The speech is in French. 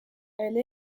elle